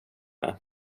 med